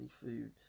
food